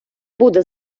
буде